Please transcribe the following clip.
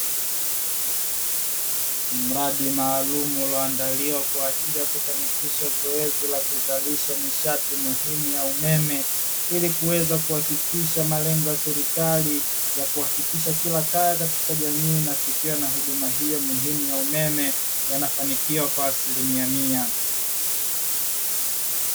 Mradi maalumu ulioandaliwa kwa ajili ya kufanikisha zoezi la kuzalisha nishati muhimu ya umeme, ili kuweza kuhakikisha malengo ya serikali ya kuhakikisha kila kaya katika jamii inafikiwa na huduma hiyo muhimu ya umeme yanafanikiwa kwa asilimia mia.